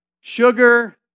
sugar